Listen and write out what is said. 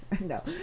no